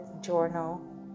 journal